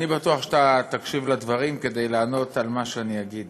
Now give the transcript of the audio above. אני בטוח שאתה תקשיב לדברים כדי לענות על מה שאני אגיד